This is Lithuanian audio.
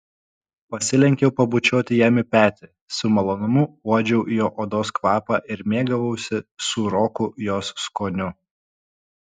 pasilenkiau pabučiuoti jam į petį su malonumu uodžiau jo odos kvapą ir mėgavausi sūroku jos skoniu